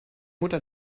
mutter